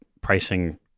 pricing